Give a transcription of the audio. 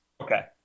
Okay